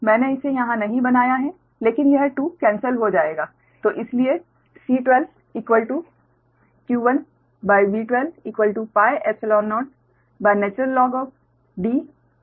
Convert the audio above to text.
मैंने इसे यहां नहीं बनाया है लेकिन यह 2 कैन्सल हो जाएगा